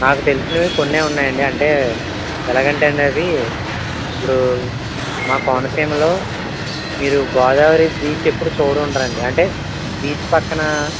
నాకు తెలిసినవి కొన్ని ఉన్నాయండి అంటే ఎలాగంటే అండి అది ఇప్పుడు మా కోనసీమలో మీరు గోదావరి బీచ్ ఎప్పుడు చూసి ఉండరండి అంటే బీచ్ పక్కన